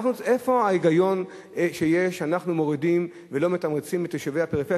איפה ההיגיון שאנחנו מורידים ולא מתמרצים את יישובי הפריפריה,